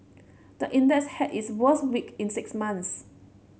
the index had its worst week in six months